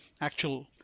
actual